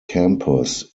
campus